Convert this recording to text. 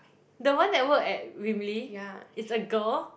the one that work at Wimbly is a girl